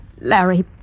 Larry